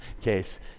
case